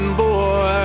boy